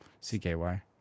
CKY